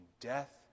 death